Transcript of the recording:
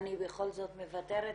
אני בכל זאת מוותרת